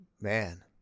man